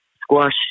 squash